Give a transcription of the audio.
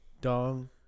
Dong